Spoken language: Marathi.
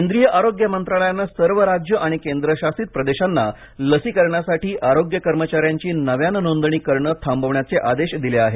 केंद्रीय आरोग्य मंत्रालयाने सर्व राज्य आणि केंद्रशासित प्रदेशांना लसीकरणासाठी आरोग्य कर्मचाऱ्यांची नव्याने नोंदणी करणे थांबवण्याचे आदेश दिले आहेत